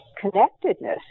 connectedness